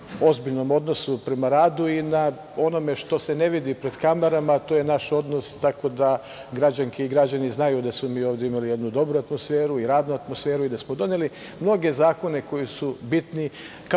ozbiljnom odnosu prema radu i na onome što se ne vidi pred kamerama, a to je naš odnos, tako da građanke i građani znaju da smo mi ovde imali jednu dobru atmosferu, jednu radnu atmosferu i da smo doneli mnoge zakone koji su bitni,